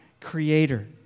Creator